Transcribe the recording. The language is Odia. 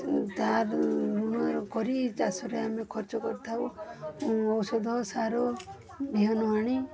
ଧାର ଋଣ କରି ଚାଷରେ ଆମେ ଖର୍ଚ୍ଚ କରିଥାଉ ଔଷଧ ସାର ବିହନ ଆଣି